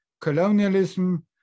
colonialism